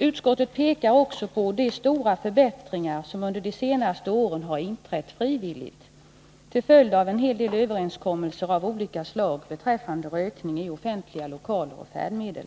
Utskottet pekar också på de stora förbättringar som under de senaste åren har inträtt frivilligt till följd av en hel del överenskommelser av olika slag beträffande rökning i offentliga lokaler och färdmedel.